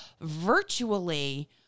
virtually